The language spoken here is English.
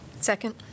Second